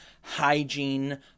hygiene